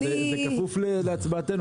זה בכפוף להצבעתנו.